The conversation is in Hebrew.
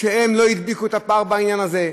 שלא הדביקו את הפער בעניין הזה,